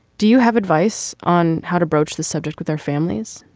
do you have advice on how to broach the subject with their families.